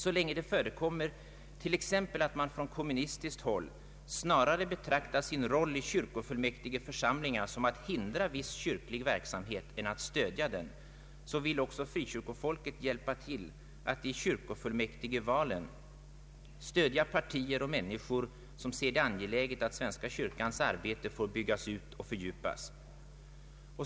Så länge det förekommer t.ex. att man från kommunistiskt håll betraktar sin roll i kyrkofullmäktigeförsamlingar som den att hindra viss kyrklig verksamhet snarare än att stödja den, vill också frikyrkofolket hjälpa till att i kyrkofullmäktigvalen stödja partier och människor som ser det angeläget att svenska kyrkans arbete får byggas ut och fördjupas.